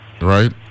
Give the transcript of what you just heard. right